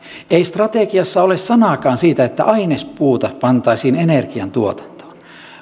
ei strategiassa ole sanaakaan siitä että ainespuuta pantaisiin energiantuotantoon